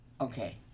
okay